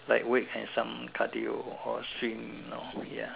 light weight and some cardio or swim you know ya